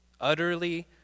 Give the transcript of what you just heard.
Utterly